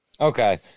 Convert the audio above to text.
Okay